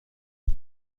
همه